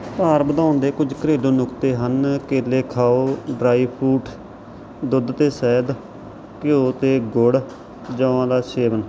ਭਾਰ ਵਧਾਉਣ ਦੇ ਕੁਝ ਘਰੇਲੂ ਨੁਕਤੇ ਹਨ ਕੇਲੇ ਖਾਓ ਡ੍ਰਾਈ ਫਰੂਟ ਦੁੱਧ ਅਤੇ ਸ਼ਹਿਦ ਘਿਓ ਅਤੇ ਗੁੜ ਜੌਂਆਂ ਦਾ ਸੇਵਨ